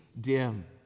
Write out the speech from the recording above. dim